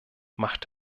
macht